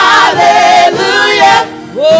Hallelujah